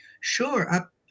Sure